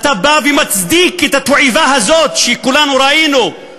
שאתה בא ומצדיק את התועבה הזאת שכולנו ראינו.